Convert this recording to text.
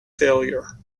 failure